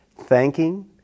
thanking